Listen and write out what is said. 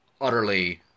utterly